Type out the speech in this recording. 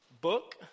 book